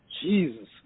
Jesus